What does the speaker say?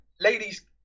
ladies